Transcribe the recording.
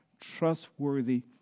trustworthy